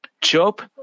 Job